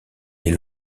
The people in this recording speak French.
des